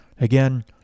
Again